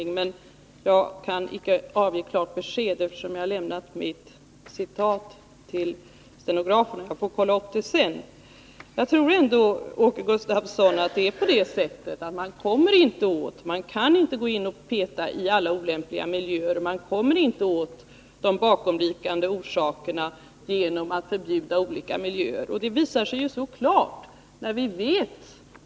Jag är dock inte säker på den saken, men jag skall kontrollera detta sedan jag fått tillbaka tidningen från stenografen, som lånat den för kontroll av citatet. Jag tror ändå, Åke Gustavsson, att man inte kan komma åt detta genom att gå in och peta i alla olämpliga miljöer. Man kommer inte åt de bakomliggande orsakerna genom att förbjuda olika miljöer. Det visar sig ju så klart. Vi vett.ex.